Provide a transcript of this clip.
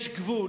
יש גבול.